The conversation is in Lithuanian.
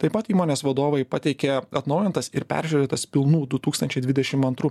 taip pat įmonės vadovai pateikė atnaujintas ir peržiūrėtas pilnų du tūkstančiai dvidešim antrų